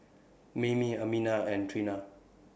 Mayme Amina and Trena